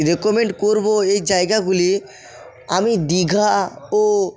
recommend করবো এই জায়গাগুলি আমি দীঘা ও